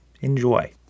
enjoy